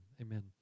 Amen